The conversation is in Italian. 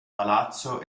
palazzo